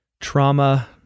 trauma